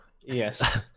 Yes